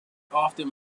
often